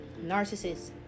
Narcissist